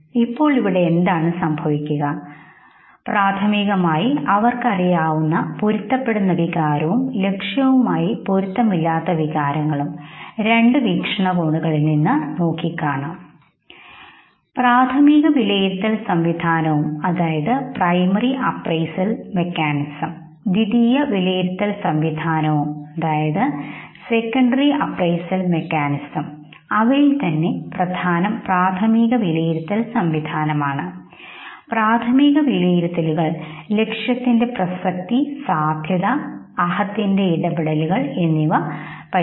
ഇപ്പോൾ എന്ത് സംഭവിക്കും പ്രാഥമികമായി അവർക്കറിയാവുന്ന പൊരുത്തപ്പെടുന്ന വികാരവും ലക്ഷ്യവുമായി പൊരുത്തമില്ലാത്ത വികാരങ്ങളും രണ്ട് വീക്ഷണ കോണുകളിൽ നിന്ന് നോക്കിക്കാണാം പ്രാഥമികവിലയിരുത്തൽ സംവിധാനവും ദ്വിതീയ വിലയിരുത്തൽ സംവിധാനവും അവയിൽ തന്നെ പ്രധാനം പ്രാഥമികവിലയിരുത്തൽ സംവിധാനമാണ് പ്രാഥമിക വിലയിരുത്തലുകൾ ലക്ഷ്യത്തിന്റെ പ്രസക്തി സാദ്ധ്യത അഹത്തിന്റെ ഇടപെടലുകൾ എന്നിവ പരിശോധിക്കുന്നു ശരി